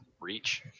reach